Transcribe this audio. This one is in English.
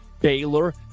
Baylor